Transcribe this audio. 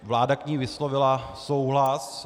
Vláda k ní vyslovila souhlas.